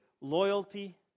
loyalty